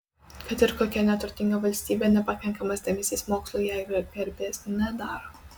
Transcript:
kad ir kokia neturtinga valstybė nepakankamas dėmesys mokslui jai garbės nedaro